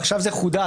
ועכשיו זה חודד,